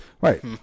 Right